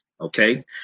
okay